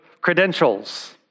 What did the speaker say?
credentials